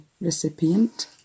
recipient